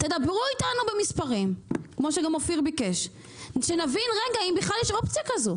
תדברו איתנו במספרים כמו שאופיר ביקש כדי שנבין אם בכלל יש אופציה כזו.